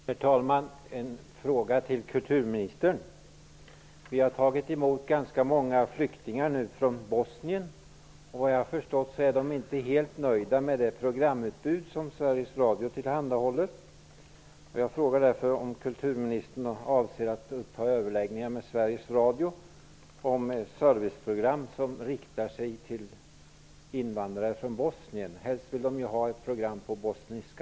Herr talman! Jag har en fråga till kulturministern. Vi har tagit emot ganska många flyktingar från Bosnien. Såvitt jag förstått är de inte helt nöjda med det programutbud som Sveriges Radio tillhandahåller. Jag frågar därför om kulturministern avser att ta upp överläggningar med Sveriges Radio om serviceprogram som riktar sig till invandrare från Bosnien. Helst skulle de vilja ha program på bosniska.